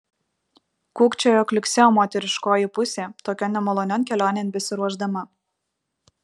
kukčiojo kliuksėjo moteriškoji pusė tokion nemalonion kelionėn besiruošdama